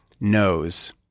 knows